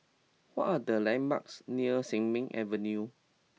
what are the landmarks near Sin Ming Avenue